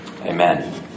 Amen